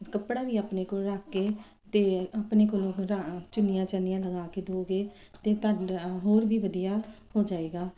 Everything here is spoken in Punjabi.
ਕੱਪੜਾ ਵੀ ਆਪਣੇ ਕੋਲ ਰੱਖ ਕੇ ਅਤੇ ਆਪਣੇ ਕੋਲੋਂ ਰ ਚੁੰਨੀਆਂ ਚਾਨੀਆਂ ਲਗਾ ਕੇ ਦਉਗੇ ਤਾਂ ਤੁਹਾਡਾ ਹੋਰ ਵੀ ਵਧੀਆ ਹੋ ਜਾਏਗਾ